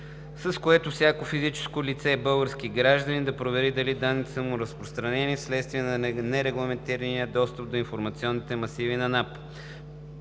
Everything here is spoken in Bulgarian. с което всяко физическо лице български гражданин да провери дали данните му са разпространени вследствие на нерегламентирания достъп до информационните масиви на НАП.